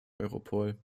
europol